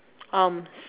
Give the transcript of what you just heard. arms